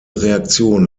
reaktion